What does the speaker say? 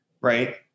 right